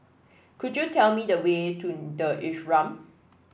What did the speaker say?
could you tell me the way to the Ashram